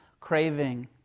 craving